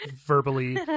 verbally